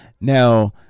now